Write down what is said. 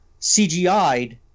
CGI'd